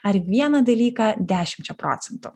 ar vieną dalyką dešimčia procentų